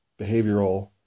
behavioral